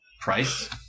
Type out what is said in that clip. price